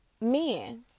men